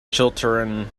chiltern